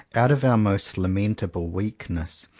out of our most lamentable weakness.